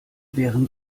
wären